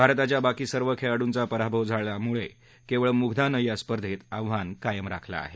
भारताच्या बाकी सर्व खेळाडूंचा पराभव झाल्यामुळे केवळ मुग्धानं या स्पर्धेत आव्हान कायम राखलं आहे